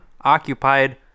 occupied